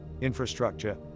infrastructure